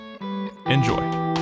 Enjoy